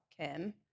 Kim